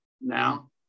now